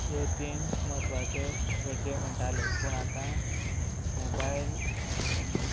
ह्यो तीन म्हत्वाच्यो गरज्यो म्हणटाले पूण आतां मोबायल